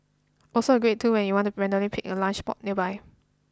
also a great tool when you want to randomly pick a lunch spot nearby